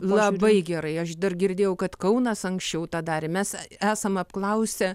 labai gerai aš dar girdėjau kad kaunas anksčiau tą darė mes esam apklausę